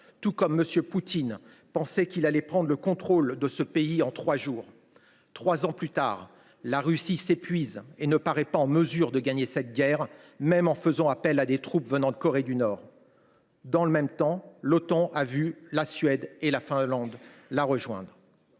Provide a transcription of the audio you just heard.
tout comme M. Poutine pensait qu’il allait prendre le contrôle de ce pays en trois jours. Trois ans plus tard, la Russie s’épuise et ne paraît pas en mesure de gagner cette guerre, même en faisant appel à des troupes venant de Corée du Nord. Dans le même temps, l’Otan a vu la Suède et la Finlande la rejoindre.